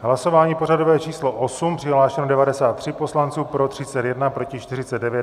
V hlasování pořadové číslo 8 přihlášeni 93 poslanci, pro 31, proti 49.